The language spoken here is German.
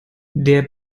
der